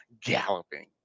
galloping